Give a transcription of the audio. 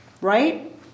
Right